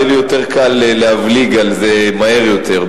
יהיה לי יותר קל להבליג על זה מהר יותר.